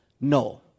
No